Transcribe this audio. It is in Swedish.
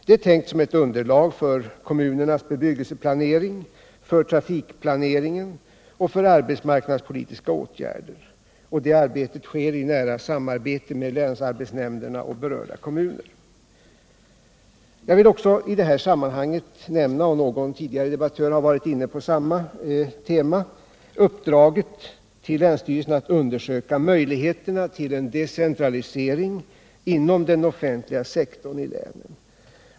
Det är tänkt som ett underlag för kommunernas bebyggelseplanering, för trafikplaneringen och för arbetsmarknadspolitiska åtgärder, och det arbetet sker i nära samarbete med länsarbetsnämnderna och berörda kommuner. Jag vill också i det här sammanhanget nämna — någon tidigare debattör har varit inne på samma tema — uppdraget till länsstyrelserna att undersöka möjligheterna till en decentralisering inom den offentliga sektorn i länet.